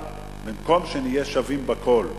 במקום שנהיה שווים בכול,